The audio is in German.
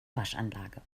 waschanlage